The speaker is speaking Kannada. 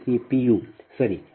u ಸರಿ